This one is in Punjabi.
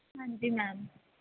ਹਾਂਜੀ ਮੈਮ